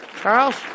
Charles